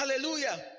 hallelujah